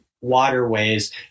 waterways